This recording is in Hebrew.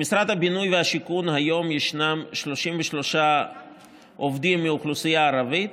במשרד הבינוי והשיכון היום ישנם 33 עובדים מהאוכלוסייה הערבית,